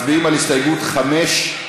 מצביעים על הסתייגות 5,